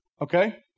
okay